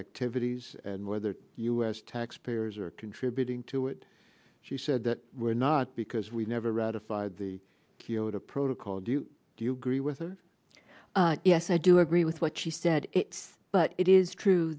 activities and whether u s taxpayers are contributing to it she said that we're not because we never ratified the kyoto protocol do you do you agree with her yes i do agree with what she said but it is true